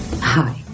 Hi